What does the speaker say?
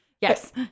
yes